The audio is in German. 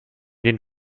den